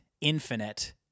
infinite